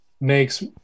makes